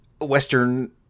Western